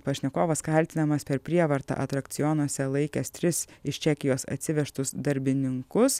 pašnekovas kaltinamas per prievartą atrakcionuose laikęs tris iš čekijos atsivežtus darbininkus